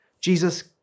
Jesus